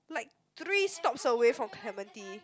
like three stops away from Clementi